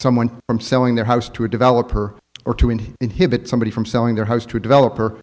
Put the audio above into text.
someone from selling their house to a developer or two and inhibit somebody from selling their house to a developer